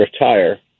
retire